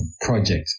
Project